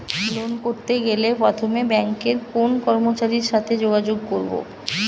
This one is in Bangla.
লোন করতে গেলে প্রথমে ব্যাঙ্কের কোন কর্মচারীর সাথে যোগাযোগ করব?